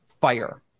fire